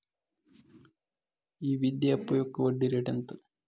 ఈ విద్యా అప్పు యొక్క వడ్డీ రేటు ఎంత?